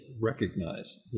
recognize